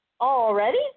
Already